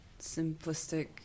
simplistic